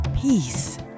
peace